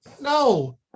No